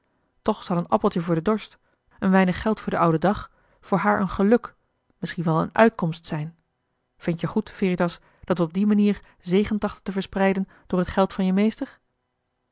toch zal een appeltje voor den dorst een weinig geld voor den ouden dag voor haar een geluk misschien wel een uitkomst zijn vind-je goed veritas dat we op die manier zegen trachten te verspreiden door het geld van je meester